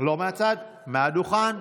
לא מהצד, מהדוכן.